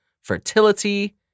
fertility